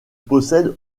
possède